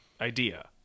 idea